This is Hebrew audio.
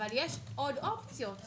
אבל יש עוד אופציות.